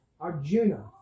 Arjuna